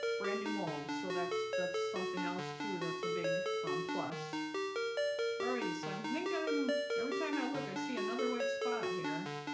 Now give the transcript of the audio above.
brand new molds. so that's that's something else too. that's a big. um plus alrighty, so i think i'm every time i look i see another white spot here